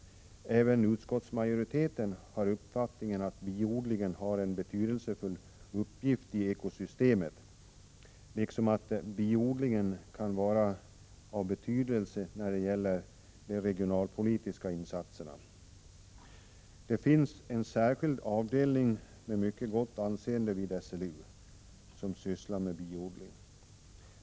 Även utskottsmajoriteten har uppfattningen att biodlingen har en betydelsefull uppgift i ekosystemet och att den kan vara av betydelse när det gäller de regionalpolitiska insatserna. Det finns en särskild avdelning med mycket gott anseende vid SLU som sysslar med biodling.